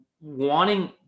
wanting